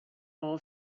all